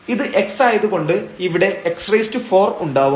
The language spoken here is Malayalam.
ഇത് x ആയതുകൊണ്ട് ഇവിടെ x4 ഉണ്ടാവും